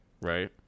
Right